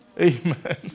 Amen